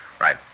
Right